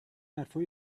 حرفا